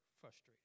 frustrated